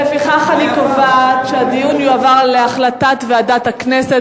לפיכך אני קובעת שהדיון יועבר לוועדת הכנסת